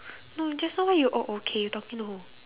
no just now why you oh okay you talking to who